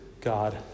God